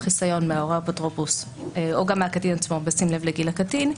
חיסיון מהורה או אפוטרופוס או גם מהקטין עצמו בשים לב לגיל הקטין,